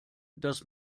dass